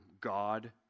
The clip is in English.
God